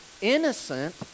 innocent